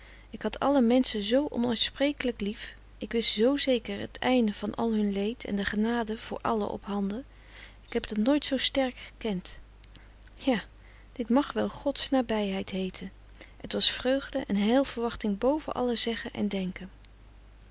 ik had alle menschen zoo onuitsprekelijk lief ik wist zoo zeker het einde van al hun leed en de genade voor allen op handen ik heb dat nooit zoo sterk gekend ja dit mag wel god's nabijheid heeten het was vreugde en heilverwachting boven alle zeggen en denken